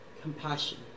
compassion